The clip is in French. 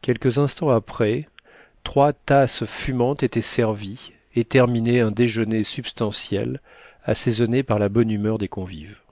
quelques instants après trois tasses fumantes étaient servies et terminaient un déjeuner substantiel assaisonné par la bonne humeur des convives